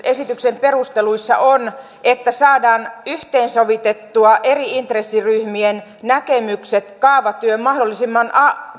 esityksen perusteluissa on että saadaan yhteensovitettua eri intressiryhmien näkemykset kaavatyön mahdollisimman